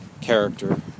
character